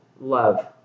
love